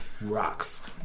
rocks